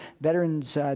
Veterans